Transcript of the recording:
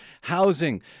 housing